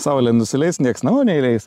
saulė nusileis nieks namo neįleis